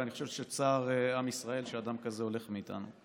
ואני חושב שבצער עם ישראל שאדם כזה הולך מאיתנו.